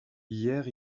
hier